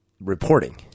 reporting